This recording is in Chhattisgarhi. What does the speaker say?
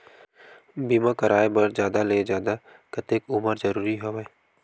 बीमा कराय बर जादा ले जादा कतेक उमर होना जरूरी हवय?